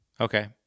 Okay